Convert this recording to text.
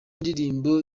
ndirimbo